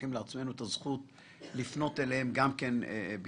לוקחים לעצמנו את הזכות לפנות אליהם גם בכתב,